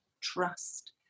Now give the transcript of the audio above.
trust